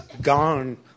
gone